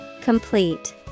Complete